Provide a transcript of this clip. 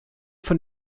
von